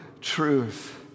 truth